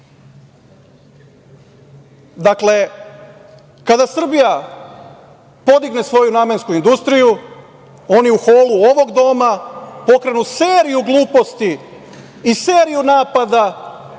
hoćete. Dakle, kada Srbija podigne svoju namensku industriju, oni u holu ovog doma pokrenu seriju gluposti i seriju napada